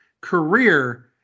career